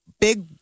big